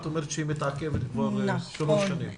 את אומרת שהיא מתעכבת כבר שלוש שנים.